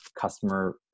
customer